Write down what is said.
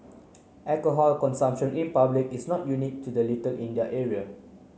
alcohol consumption in public is not unique to the Little India area